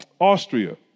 Austria